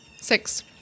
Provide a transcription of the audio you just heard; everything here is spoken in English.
Six